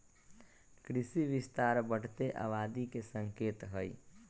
कृषि विस्तार बढ़ते आबादी के संकेत हई